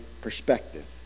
perspective